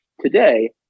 today